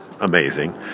amazing